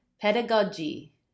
pedagogy